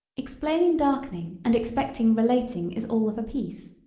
explaining darkening and expecting relating is all of a piece.